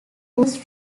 was